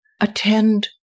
attend